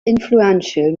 influential